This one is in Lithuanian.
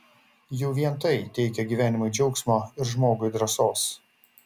jau vien tai teikia gyvenimui džiaugsmo ir žmogui drąsos